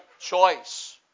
choice